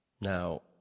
now